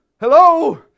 Hello